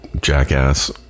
jackass